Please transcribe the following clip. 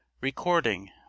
Recording